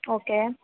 okay